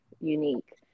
unique